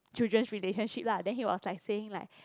children's relationship lah then he was like saying like